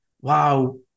wow